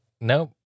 Nope